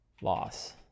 loss